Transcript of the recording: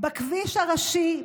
בכביש הראשי,